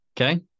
Okay